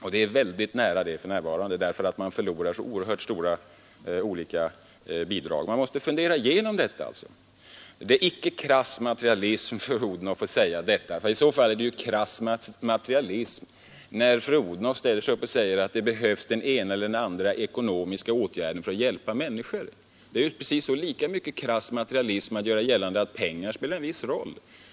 Vi är väldigt nära detta för närvarande, därför att man går miste om så många olika bidrag. Vi bör alltså fundera igenom detta. Det är inte krass materialism att säga detta, fru Odhnoff. I så fall är det ju krass materialism också när fru Odhnoff ställer sig upp och säger att det behövs den ena eller andra åtgärden för att hjälpa människor. Det är precis lika mycket krass materialism att göra gällande att pengar spelar en viss roll.